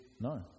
No